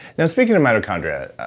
now, speaking of mitochondria,